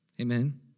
Amen